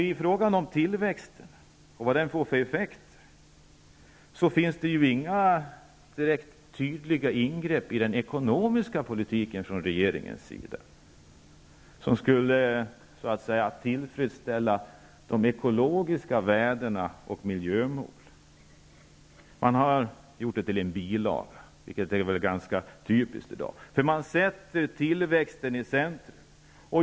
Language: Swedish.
I fråga om tillväxten och dess effekter finns det dock inga direkt tydliga ingrepp i den ekonomiska politiken från regeringens sida, något som skulle så att säga tillfredsställa de ekologiska värdena och miljömålen. Man har gjort detta till en bilaga, vilket väl är ganska typiskt i dag. Man sätter nämligen tillväxten i centrum.